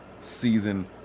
season